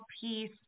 piece